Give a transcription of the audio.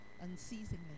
unceasingly